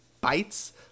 bites